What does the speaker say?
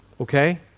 okay